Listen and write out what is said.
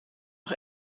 nog